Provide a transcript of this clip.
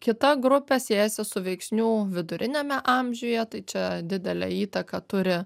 kita grupė siejasi su veiksnių viduriniame amžiuje tai čia didelę įtaką turi